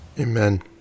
Amen